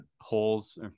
holes